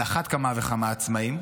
על אחת כמה וכמה העצמאים,